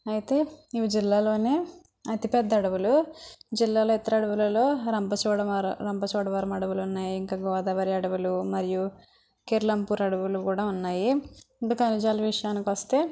అయితే ఇవి జిల్లాలోనే అతి పెద్ద అడవులు జిల్లాలో ఇతర అడవులలో రంపచోడవర రంపచోడవరం అడవులున్నాయి ఇంక గోదావరి అడవులు మరియు కిర్లంపూడి అడవులు కూడా ఉన్నాయి ఇంక కనిజాల చాల విషయానికొస్తే